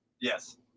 Yes